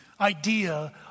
idea